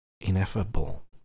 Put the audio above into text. ineffable